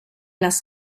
las